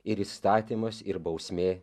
ir įstatymas ir bausmė